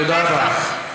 תודה רבה.